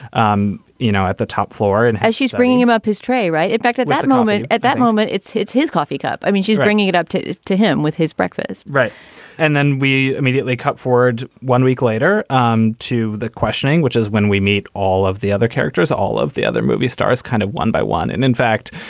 um you know, at the top floor and as she's bringing him up his tray right back at that moment, at that moment, it's hits his coffee cup. i mean, she's bringing it up to to him with his breakfast. right and then we immediately cut forward one week later um to the questioning, which is when we meet all of the other characters, all of the other movie stars, kind of one by one. and in fact,